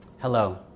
Hello